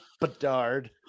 Bedard